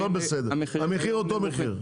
הכול בסדר, המחיר אותו מחיר.